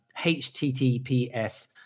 https